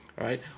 right